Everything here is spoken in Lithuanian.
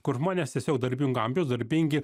kur žmonės tiesiog darbingo amžiaus darbingi